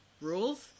rules